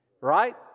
Right